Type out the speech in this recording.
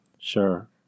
Sure